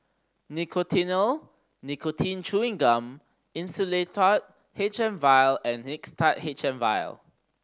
Nicotinell Nicotine Chewing Gum Insulatard H M Vial and Mixtard H M Vial